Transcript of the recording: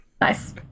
Nice